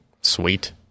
Sweet